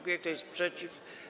Kto jest przeciw?